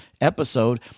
episode